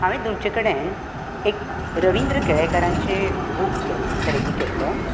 हांवे तुमचे कडेन एक रवीन्द्र केळेकारांचे बूक केल खरेदी केल्लें